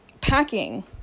packing